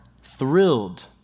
thrilled